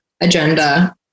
agenda